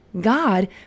God